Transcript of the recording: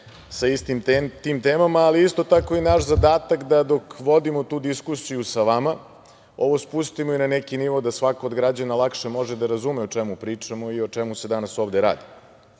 sa istim tim temama. Isto tako, naš je zadatak da dok vodimo tu diskusiju sa vama ovo spustimo i na neki nivo da svako od građana lakše može da razume o čemu pričamo i o čemu se danas ovde